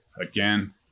again